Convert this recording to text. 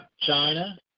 china